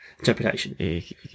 Interpretation